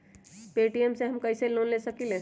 Paytm से हम कईसे लोन ले सकीले?